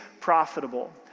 profitable